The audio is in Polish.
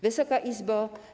Wysoka Izbo!